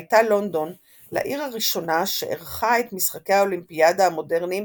הייתה לונדון לעיר הראשונה שאירחה את משחקי האולימפיאדה המודרניים